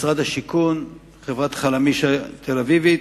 משרד השיכון, חברת "חלמיש" התל-אביבית,